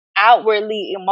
outwardly